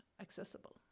accessible